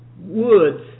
woods